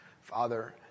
Father